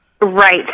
Right